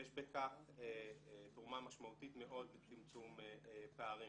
ויש בכך תרומה משמעותית מאוד לצמצום פערים.